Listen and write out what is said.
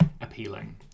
appealing